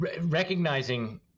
recognizing